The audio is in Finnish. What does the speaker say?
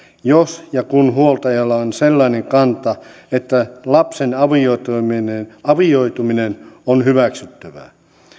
jos ja kun huoltajalla on sellainen kanta että lapsen avioituminen avioituminen on hyväksyttävää